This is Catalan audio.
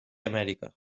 amèrica